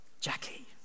Jackie